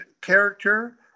character